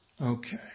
Okay